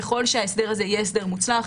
ככל שההסדר יצליח,